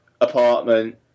apartment